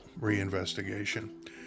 reinvestigation